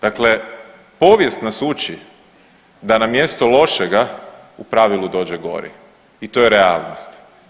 Dakle, povijest nas uči da na mjesto lošega u pravilu dođe gore i to je realnost.